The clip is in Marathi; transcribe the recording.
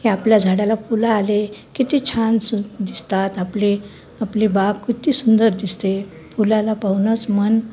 की आपल्या झाडाला फुलं आले किती छान सु दिसतात आपली आपली बाग किती सुंदर दिसते फुलाला पाहूनच मन